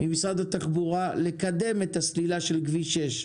ממשרד התחבורה לקדם את הסלילה של כביש 6,